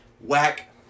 Whack